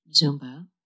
Zumba